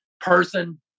person